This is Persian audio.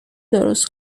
درست